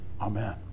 Amen